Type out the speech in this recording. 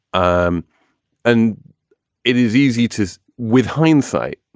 um and it is easy to with hindsight,